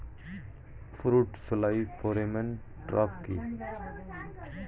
Fruit fly pheromone trap কি?